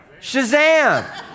Shazam